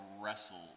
wrestle